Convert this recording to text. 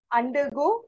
undergo